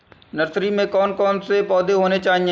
Nursery में कौन कौन से पौधे होने चाहिए?